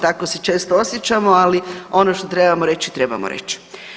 Tako se često osjećamo, ali ono što trebamo reći, trebamo reći.